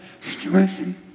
situation